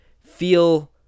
feel